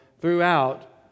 throughout